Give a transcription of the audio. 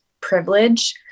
privilege